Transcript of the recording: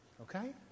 okay